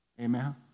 Amen